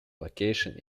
location